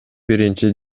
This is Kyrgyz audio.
биринчи